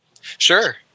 Sure